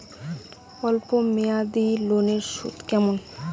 অল্প মেয়াদি লোনের সুদ কেমন?